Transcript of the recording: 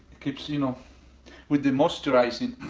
keeps you know with the moisturizing